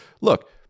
Look